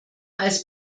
als